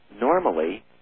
Normally